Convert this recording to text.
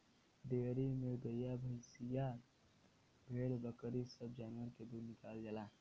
dairy में गइया भईंसिया भेड़ बकरी सब जानवर के दूध निकालल जाला